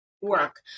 work